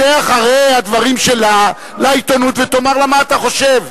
צא אחרי הדברים שלה לעיתונות ותאמר לה מה אתה חושב.